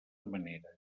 manera